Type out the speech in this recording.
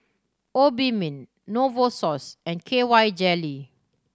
Obimin Novosource and K Y Jelly